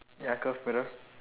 ya